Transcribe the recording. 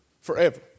forever